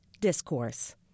discourse